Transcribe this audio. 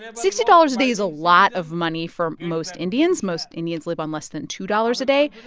and sixty dollars a day is a lot of money for most indians most indians live on less than two dollars a day.